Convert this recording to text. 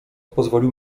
pozwolił